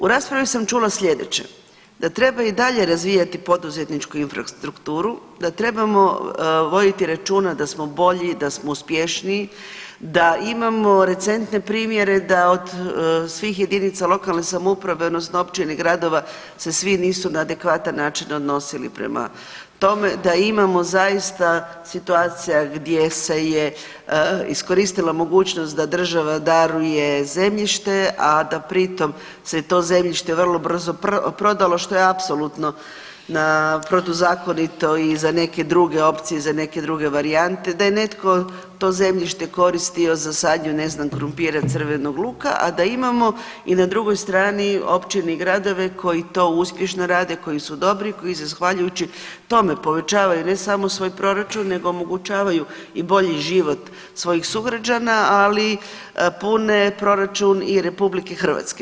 U raspravi sam čula slijedeće, da treba i dalje razvijati poduzetničku infrastrukturu, da trebamo voditi računa da smo bolji, da smo uspješniji, da imamo recentne primjere da od svih jedinica lokalne samouprave odnosno općine, gradova se svi nisu na adekvatan način odnosili prema tome, da imamo zaista situacija gdje se je iskoristila mogućnost da država daruje zemljište, a da pri tom se to zemljište vrlo brzo prodalo što je apsolutno protuzakonito i za neke druge opcije, za neke druge varijante, da je netko to zemljište koristio za sadnju ne znam krumpira, crvenog luka, a da imamo i na drugoj strani općine i gradove koji to uspješno rade, koji su dobri i koji zahvaljujući tome povećavaju ne samo svoj proračun nego omogućavaju i bolji život svojih sugrađana ali proračun i RH.